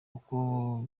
uko